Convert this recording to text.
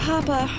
Papa